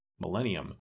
Millennium